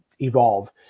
evolve